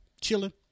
Chilling